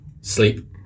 sleep